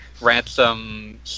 ransom